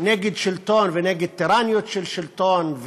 נגד שלטון ונגד טירניות של שלטון,